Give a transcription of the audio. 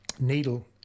needle